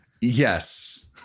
yes